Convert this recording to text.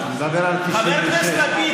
הוא מדבר על 1996. חבר הכנסת לפיד,